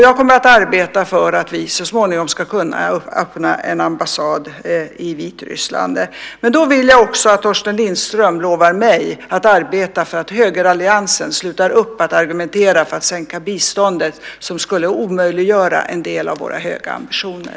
Jag kommer också att arbeta för att vi så småningom ska kunna öppna en ambassad i Vitryssland, men då vill jag att Torsten Lindström lovar mig att arbeta för att högeralliansen slutar argumentera för en sänkning av biståndet eftersom det skulle omöjliggöra en del av våra höga ambitioner.